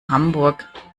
hamburg